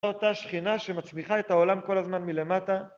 אותה שכינה שמצמיחה את העולם כל הזמן מלמטה